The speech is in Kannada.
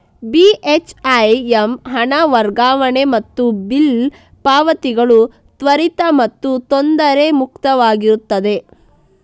ಬಿ.ಹೆಚ್.ಐ.ಎಮ್ ಹಣ ವರ್ಗಾವಣೆ ಮತ್ತು ಬಿಲ್ ಪಾವತಿಗಳು ತ್ವರಿತ ಮತ್ತು ತೊಂದರೆ ಮುಕ್ತವಾಗಿರುತ್ತವೆ